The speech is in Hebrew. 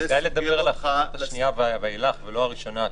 כדאי לדבר על ההארכה השנייה ואילך ולא הראשונה,